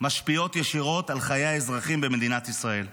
משפיעות ישירות על חיי האזרחים במדינת ישראל,